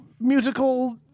musical